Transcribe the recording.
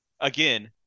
again